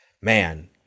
man